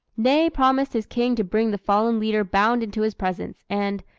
ney promised his king to bring the fallen leader bound into his presence, and,